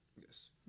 Yes